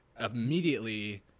immediately